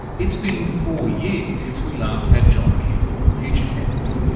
it's been four years since we last had john keane on future tense.